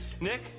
Nick